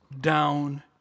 down